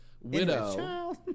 widow